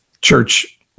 church